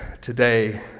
Today